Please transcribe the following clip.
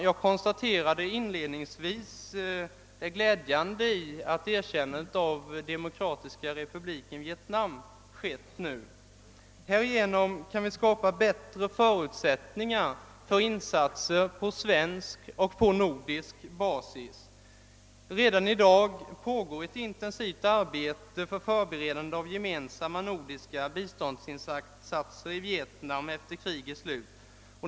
Jag konstaterade inledningsvis det glädjande i att erkännarndet av Demokratiska Republiken Vietnam skett nu. Härigenom kan vi skapa bättre förutsättningar för insatser "på svensk och på nordisk basis. Redan i dag pågår ett intensivt arbete för förberedande 'av gemensamma nordiska? biståndsinsatser i Vietnam efter krigets slut.